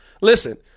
Listen